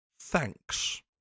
thanks